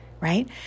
right